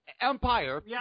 Empire